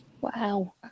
Wow